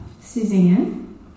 Suzanne